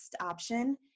option